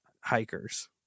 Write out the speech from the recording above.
hikers